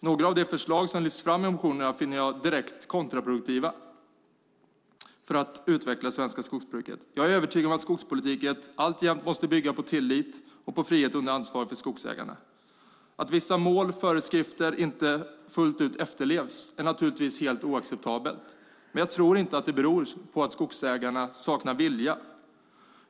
Några av de förslag som lyfts fram i motionerna finner jag direkt kontraproduktiva för utvecklingen av det svenska skogsbruket. Jag är övertygad om att skogspolitiken alltjämt måste bygga på tillit och på frihet under ansvar för skogsägarna. Att vissa mål och föreskrifter inte efterlevs fullt ut är naturligtvis helt oacceptabelt, men jag tror inte att det beror på att skogsägarna saknar vilja.